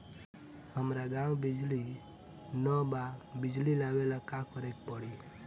हमरा गॉव बिजली न बा बिजली लाबे ला का करे के पड़ी?